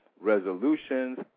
resolutions